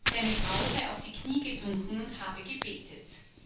seine frau sei auf die knie gesunken und habe gebetet